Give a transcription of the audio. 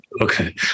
okay